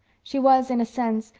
she was, in a sense,